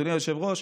אדוני היושב-ראש,